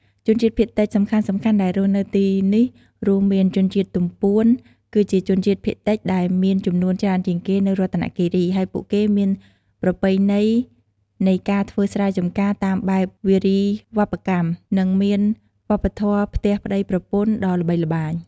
ជនជាតិភាគតិចសំខាន់ៗដែលរស់នៅទីនេះរួមមាន ជនជាតិទំពួន គឺជាជនជាតិភាគតិចដែលមានចំនួនច្រើនជាងគេនៅរតនគិរី ហើយពួកគេមានប្រពៃណីនៃការធ្វើស្រែចម្ការតាមបែបវារីវប្បកម្ម និងមានវប្បធម៌ "ផ្ទះប្ដីប្រពន្ធ" ដ៏ល្បីល្បាញ។